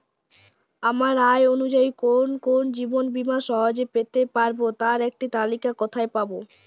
আমার আয় অনুযায়ী কোন কোন জীবন বীমা সহজে পেতে পারব তার একটি তালিকা কোথায় পাবো?